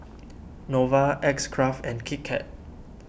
Nova X Craft and Kit Kat